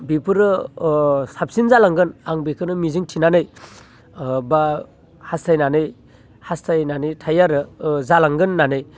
बेफोरो साबसिन जालांगोन आं बेखौनो मिजिं थिनानै बा हास्थायनानै थायो आरो जालांगोन होननानै